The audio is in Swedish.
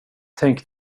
tänk